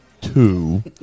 two